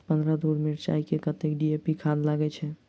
पन्द्रह धूर मिर्चाई मे कत्ते डी.ए.पी खाद लगय छै?